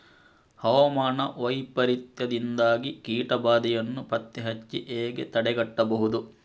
ಹವಾಮಾನ ವೈಪರೀತ್ಯದಿಂದಾಗಿ ಕೀಟ ಬಾಧೆಯನ್ನು ಪತ್ತೆ ಹಚ್ಚಿ ಹೇಗೆ ತಡೆಗಟ್ಟಬಹುದು?